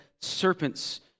serpent's